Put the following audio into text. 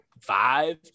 five